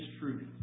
truth